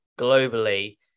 globally